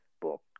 book